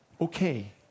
okay